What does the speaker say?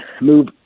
move